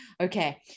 okay